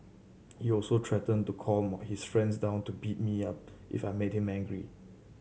he also threatened to call his friends down to beat me up if I made him angry